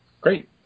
Great